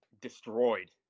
destroyed